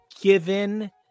given